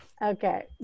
Okay